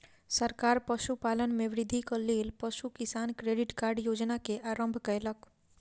सरकार पशुपालन में वृद्धिक लेल पशु किसान क्रेडिट कार्ड योजना के आरम्भ कयलक